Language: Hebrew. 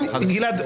גלעד,